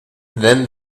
then